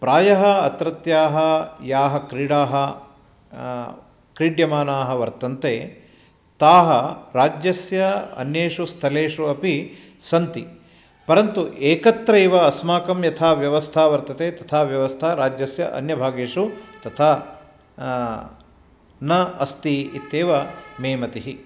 प्रायः अत्रत्याः याः क्रीडाः क्रीड्यमानाः वर्तन्ते ताः राज्यस्य अन्येषु स्थलेषु अपि सन्ति परन्तु एकत्रैव अस्माकं यथा व्यवस्था वर्तते तथा व्यवस्था राज्यस्य अन्यभागेषु तथा न अस्ति इत्येव मे मतिः